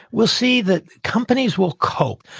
we'll see that companies will cope.